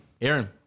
Aaron